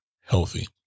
healthy